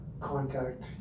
contact